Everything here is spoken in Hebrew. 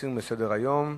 ולהסיר מסדר-היום.